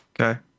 Okay